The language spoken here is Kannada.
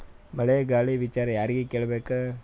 ಮಳೆ ಗಾಳಿ ವಿಚಾರ ಯಾರಿಗೆ ಕೇಳ್ ಬೇಕು?